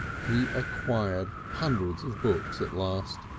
he acquired hundreds of books at last,